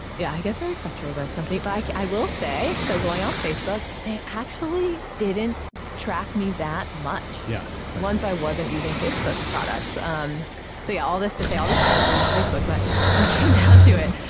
yeah, i get very frustrated by this company. but like i will say, so going off facebook, they actually didn't track me that much yeah once i wasn't using facebook products. um all this to say, all this bad stuff about facebook, but when it came down to it.